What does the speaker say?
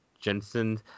Jensen